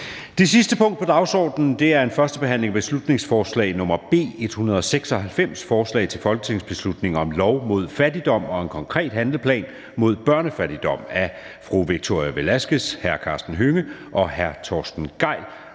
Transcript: Det sidste punkt på dagsordenen er: 7) 1. behandling af beslutningsforslag nr. B 196: Forslag til folketingsbeslutning om lov mod fattigdom og en konkret handleplan mod børnefattigdom. Af Victoria Velasquez (EL), Karsten Hønge (SF) og Torsten Gejl